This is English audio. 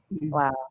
Wow